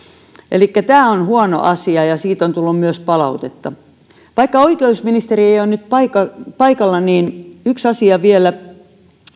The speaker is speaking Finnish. elikkä tämä on huono asia ja siitä on tullut myös palautetta vaikka oikeusministeri ei ole nyt paikalla niin yksi asia vielä